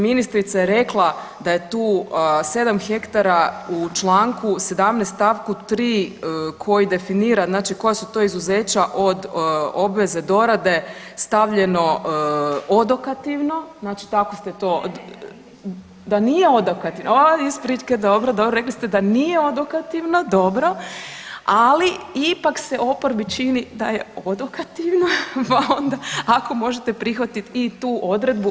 Ministrica je rekla da je tu 7 hektara u Članku 17. stavku 3. koji definira znači koja su to izuzeća od obveze dorade stavljeno odokativno, znači tako ste to, da nije odokativno, o isprike, rekli ste da nije odokativno, dobro, ali ipak se oporbi čini da je odokativno pa onda ako možete prihvatiti i tu odredbu.